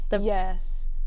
Yes